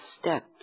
steps